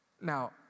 Now